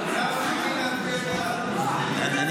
אני